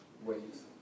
ways